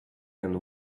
and